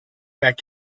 back